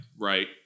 right